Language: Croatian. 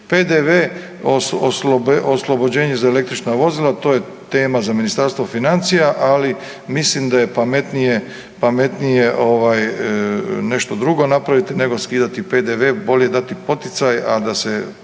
PDV-e oslobođenje za električna vozila, to je tema za Ministarstvo financija. Ali mislim da je pametnije nešto drugo napraviti, nego skidati PDV-e. Bolje dati poticaje, a da se